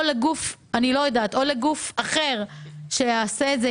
או לגוף אחר שיעשה את זה,